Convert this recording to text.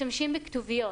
משתמשים בכתוביות.